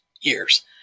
years